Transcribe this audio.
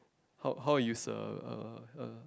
how how are you sir uh uh